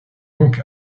donc